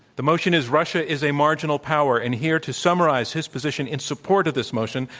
the motion is russia is a marginal power. and here to summarize his position in support of this motion,